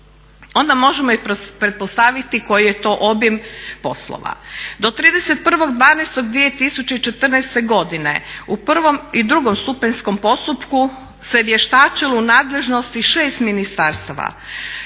onda možemo i pretpostaviti koji je to obim poslova. Do 31.12.2014. godine u prvom i drugostupanjskom postupku se vještačilo u nadležnosti 6 ministarstava